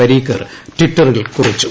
പരീക്കർ ടിറ്ററിൽ കുറിച്ചു